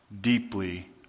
deeply